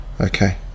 Okay